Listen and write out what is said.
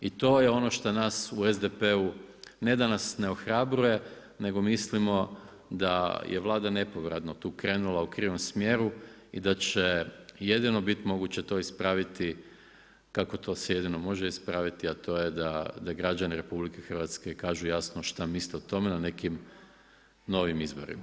I to je ono što nas u SDP-u, ne da nas ne ohrabruje nego mislimo da je Vlada nepovratno tu krenula u krivom smjeru i da će jedino biti moguće to ispraviti kako to se jedino može ispraviti a to je da građani RH kažu jasno šta misle o tome na nekim novim izborima.